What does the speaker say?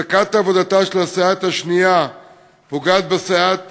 הפסקת עבודתה של הסייעת השנייה פוגעת בסייעת